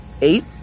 eight